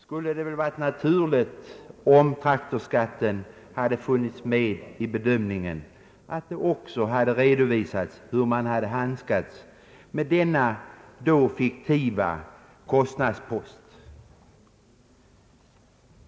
Jag tillhör inte själv de inre cirklarna som sysslade med prissättningen, men jag har fått information om att traktorskatten avfördes från diskussionen. Jag måste, herr statsrådet, påminna om att i en proposition med så många sidor som proposition nr 107 skulle det väl varit naturligt om traktorskatten hade funnits med i bedömningen. Det borde ha redovisats hur man hade handskats med denna så viktiga kostnadspost.